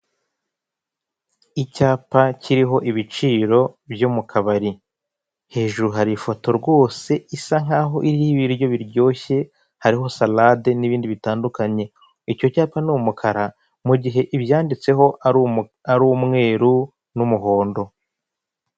Icyapa kiriho ibiciro byo mu kabari hejuru hari ifoto rwose isa nkaho iriho ibiryo biryoshye hariho salade n'ibindi bitandukanye, icyo cyapa ni umukara mu gihe ibyanditseho ari umweru n'umuhondo.